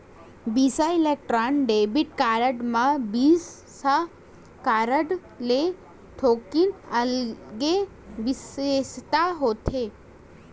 बिसा electron debit card म Visa card ले थोकिन अलगे बिसेसता होथे